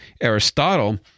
Aristotle